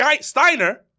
Steiner